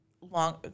Long